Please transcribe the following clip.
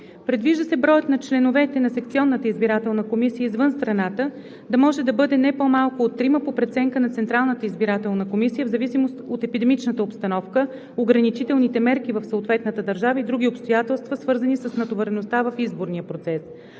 Предвижда се броят на членовете на секционна избирателна комисия извън страната да може да бъде не по-малко от трима по преценка на Централната избирателна комисия в зависимост от епидемичната обстановка, ограничителните мерки в съответната държава и други обстоятелства, свързани с натовареността в изборния процес.